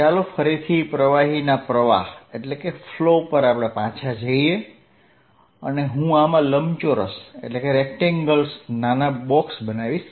ચાલો ફરીથી પ્રવાહીના પ્રવાહ પર પાછા જઈએ અને હું આમાં લંબચોરસ નાના બોક્સ બનાવીશ